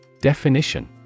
Definition